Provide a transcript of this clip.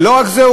ולא רק זה,